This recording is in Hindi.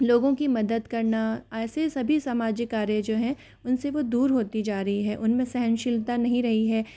लोगों की मदद करना ऐसे सभी सामाजिक कार्य जो हैं उनसे वो दूर होती जा रही है उनमे सहनशीलता नहीं रही है